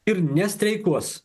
ir nestreikuos